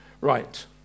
Right